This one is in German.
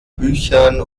büchern